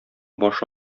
башы